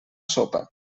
sopa